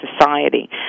society